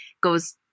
goes